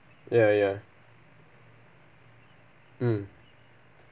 ya ya mm